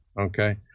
okay